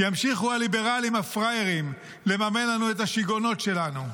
ימשיכו הליברלים הפראיירים לממן לנו את השיגעונות שלנו.